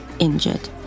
injured